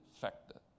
factor